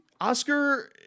Oscar